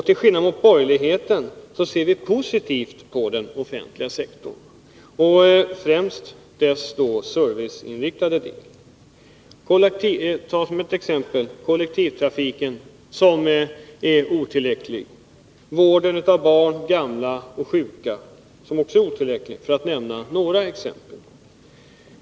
Till skillnad mot de borgerliga ser vi positivt på den offentliga sektorn och främst då dess serviceinriktade del. Kollektivtrafiken är otillräcklig, och vården av barn, gamla och sjuka är också otillräcklig — för att nämna några exempel.